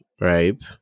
right